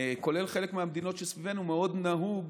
כולל חלק מהמדינות שסביבנו, נהוג